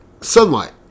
Sunlight